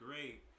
great